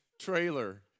trailer